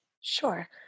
Sure